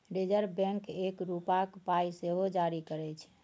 reserve Bank एक रुपाक पाइ सेहो जारी करय छै